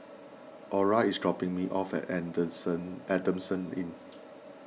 Ora is dropping me off at Adamson Inn